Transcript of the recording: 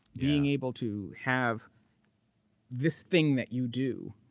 being able to have this thing that you do,